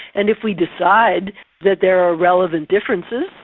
and if we decide that there are relevant differences,